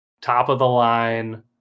top-of-the-line